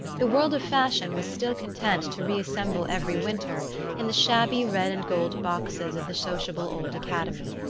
the world of fashion was still content to reassemble every winter in the shabby red and gold boxes of the sociable old academy.